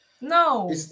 No